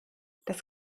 das